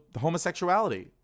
homosexuality